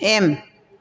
M